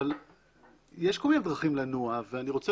אבל יש כל מיני דרכים לנוע ואני רוצה